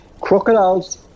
Crocodiles